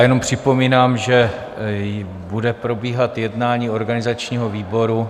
Jenom připomínám, že bude probíhat jednání organizačního výboru.